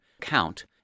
count